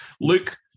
Luke